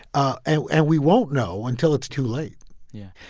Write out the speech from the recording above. ah and and we won't know until it's too late yeah.